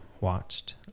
watched